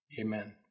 amen